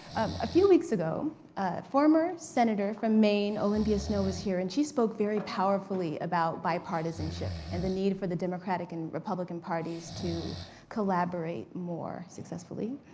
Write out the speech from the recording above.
a few weeks ago, a former senator from maine, olympia snowe was here. and she spoke very powerfully about bipartisanship, and the need for the democratic and republican parties to collaborate more successfully.